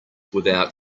without